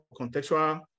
contextual